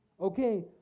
Okay